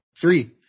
Three